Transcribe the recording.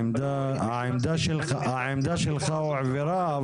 העמדה שלך הועברה,